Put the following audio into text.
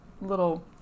little